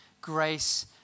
grace